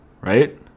right